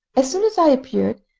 as soon as i appeared,